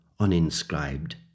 uninscribed